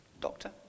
Doctor